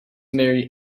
marry